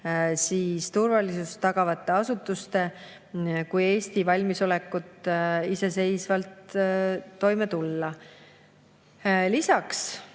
nii turvalisust tagavate asutuste kui ka kogu Eesti valmisolekut iseseisvalt toime tulla. Lisaks